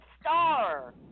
Star